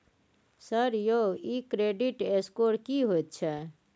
Sir यौ इ credit score की होयत छै?